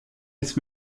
ist